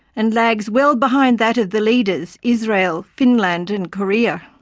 and lags well behind that of the leaders israel, finland and korea.